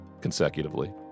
consecutively